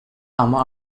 ama